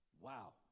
Wow